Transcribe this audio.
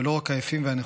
/ ולא רק היפים והנכונים.